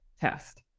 test